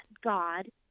God